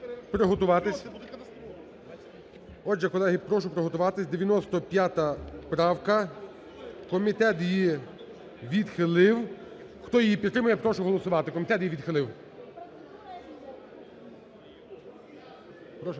прошу приготуватися. 95 правка, комітет її відхилив. Хто її підтримує, прошу голосувати,